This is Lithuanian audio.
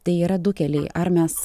tai yra du keliai ar mes